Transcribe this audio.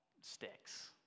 sticks